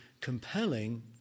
compelling